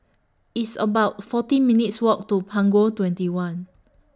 It's about fourteen minutes' Walk to Punggol twenty one